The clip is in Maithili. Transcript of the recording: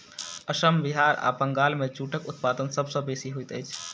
असम बिहार आ बंगाल मे जूटक उत्पादन सभ सॅ बेसी होइत अछि